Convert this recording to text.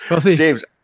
james